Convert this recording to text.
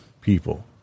people